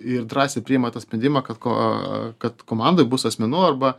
ir drąsiai priima tą sprendimą kad ko kad komandoj bus asmenų arba